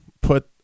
put